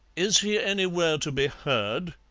is he anywhere to be heard?